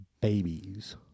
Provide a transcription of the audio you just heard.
babies